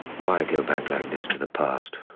why go back like this to the past?